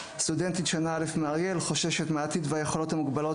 סטודנטית שנה א' מאריאל: "חוששת מהעתיד והיכולות המוגבלות